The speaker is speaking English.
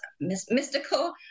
mystical